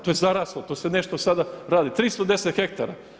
To je zaraslo, to se nešto sada radi, 310 hektara.